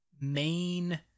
main